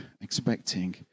expecting